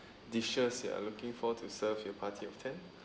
dishes you're looking for to serve you party of ten